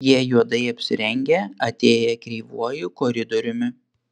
jie juodai apsirengę atėję kreivuoju koridoriumi